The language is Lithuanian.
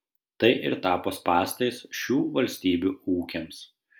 tai ir tapo spąstais šių valstybių ūkiams